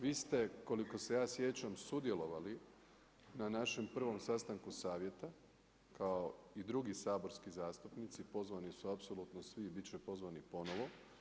Vi ste koliko se ja sjećam sudjelovali na našem prvom sastanku savjeta kao i drugi saborski zastupnici, pozvani su apsolutno svi i biti će pozvani ponovno.